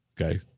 Okay